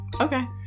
Okay